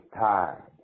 tired